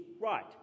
right